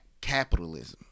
capitalism